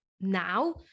now